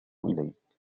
إليك